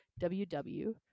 www